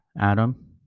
Adam